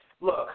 look